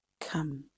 come